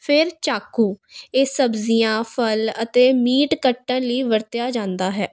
ਫਿਰ ਚਾਕੂ ਇਹ ਸਬਜ਼ੀਆਂ ਫਲ ਅਤੇ ਮੀਟ ਕੱਟਣ ਲਈ ਵਰਤਿਆ ਜਾਂਦਾ ਹੈ